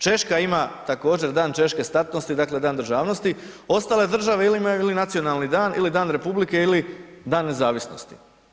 Češka ima, također, Dan češke statnosti, dakle, Dan državnosti, ostale države ili imaju nacionalni dan ili dan republike ili dan nezavisnosti.